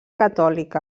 catòlica